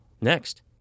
Next